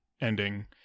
ending